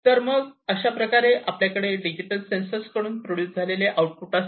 तर मग अशाप्रकारे आपल्याकडे या डिजिटल सेन्सर्स कडून प्रोड्युस झालेले आउटपुट असते